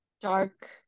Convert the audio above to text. dark